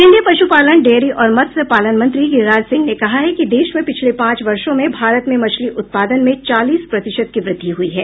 केंद्रीय पशुपालन डेयरी और मत्स्य पालन मंत्री गिरिराज सिंह ने कहा कि देश में पिछले पांच वर्षों में भारत में मछली उत्पादन में चालीस प्रतिशत की वृद्धि हुई है